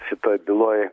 šitoj byloj